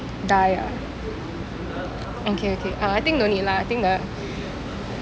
die ah okay okay uh I think no need lah I think that